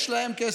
יש להם כסף.